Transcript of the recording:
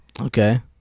Okay